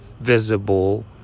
visible